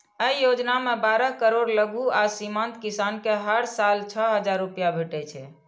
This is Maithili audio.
अय योजना मे बारह करोड़ लघु आ सीमांत किसान कें हर साल छह हजार रुपैया भेटै छै